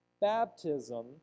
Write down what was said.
baptism